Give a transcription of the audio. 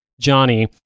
Johnny